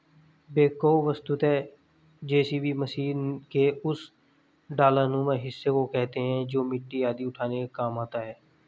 backhoe वस्तुतः JCB machine के उस डालानुमा हिस्सा को कहते हैं जो मिट्टी आदि उठाने के काम आता है